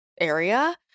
area